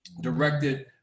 directed